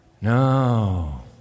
No